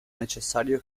necessario